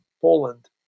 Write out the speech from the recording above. Poland